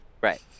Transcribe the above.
right